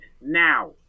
now